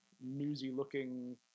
newsy-looking